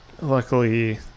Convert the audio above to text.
luckily